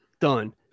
Done